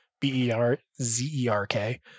B-E-R-Z-E-R-K